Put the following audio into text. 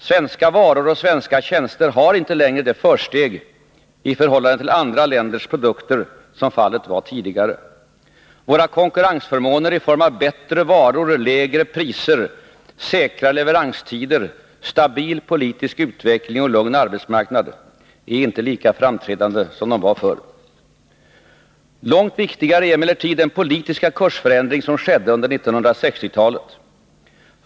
Svenska varor och svenska tjänster har inte längre det försteg i förhållande till andra länders produkter som fallet var tidigare. Våra konkurrensfördelar i form av bättre varor, lägre priser, säkra leveranstider, stabil politisk utveckling och lugn arbetsmarknad är inte lika framträdande som de var förr. Långt viktigare är emellertid den politiska kursförändring som skedde under 1960-talet.